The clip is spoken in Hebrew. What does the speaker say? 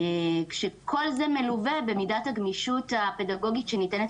כשכל זה מלווה במידת הגמישות הפדגוגית שניתנת